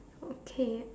okay